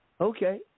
okay